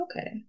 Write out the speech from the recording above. Okay